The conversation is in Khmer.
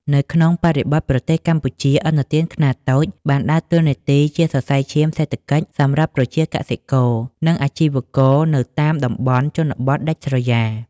នៅក្នុងបរិបទប្រទេសកម្ពុជា ឥណទានខ្នាតតូចបានដើរតួនាទីជាសរសៃឈាមសេដ្ឋកិច្ចសម្រាប់ប្រជាកសិករ និងអាជីវករនៅតាមតំបន់ជនបទដាច់ស្រយាល។